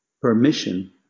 Permission